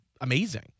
amazing